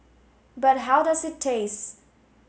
but how does it taste